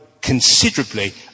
considerably